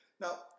Now